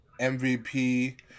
MVP